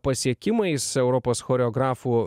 pasiekimais europos choreografų